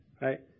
right